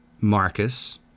Marcus